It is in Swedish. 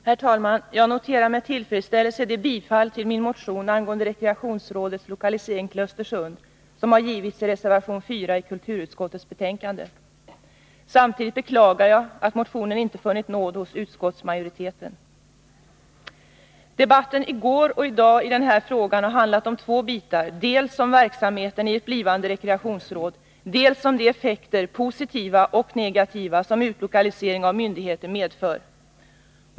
Herr talman! Jag noterar med tillfredsställelse den tillstyrkan till min motion angående rekreationsrådets lokalisering till Östersund som har givits i reservation 4 till kulturutskottets betänkande. Samtidigt beklagar jag att motionen inte funnit nåd hos utskottsmajoriteten. Debatten i går och i dag i den här frågan har handlat om två bitar: dels om verksamheten i ett blivande rekreationsråd, dels om de effekter — positiva och negativa — som utlokalisering av myndigheter medför.